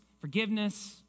forgiveness